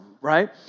right